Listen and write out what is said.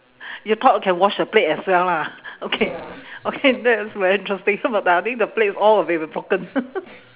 you thought can wash the plate as well lah okay okay that is very interesting but I think the plates all will be broken